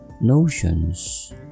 notions